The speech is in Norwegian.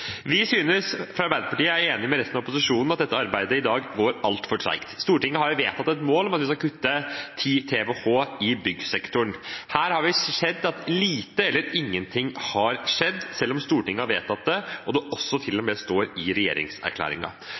fra Arbeiderpartiet er enige med resten av opposisjonen i at dette arbeidet i dag går altfor tregt. Stortinget har vedtatt et mål om at vi skal kutte 10 TWh i byggsektoren. Her har vi sett at lite eller ingenting har skjedd, selv om Stortinget har vedtatt det, og det til og med står i